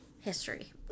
history